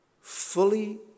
fully